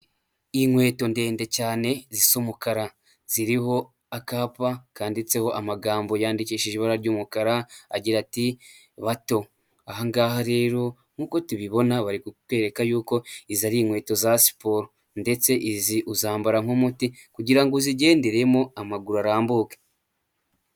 Inkweto ndende cyane zisa umukara, ziriho akapa kanditseho amagambo yandikishije ibara ry'umukara, agira ati '' bato'' aha ngaha rero nk'uko tubibona bari kukwereka y'uko izi ari inkweto za siporo ndetse izi uzambara nk'umuti kugira ngo uzigenderemo amaguru arambuke.